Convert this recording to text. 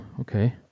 Okay